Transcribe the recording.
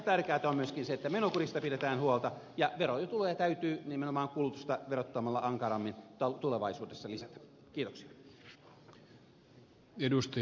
tärkeätä on myöskin se että menokurista pidetään huolta ja verotuloja täytyy nimenomaan kulutusta verottamalla ankarammin tulevaisuudessa lisätä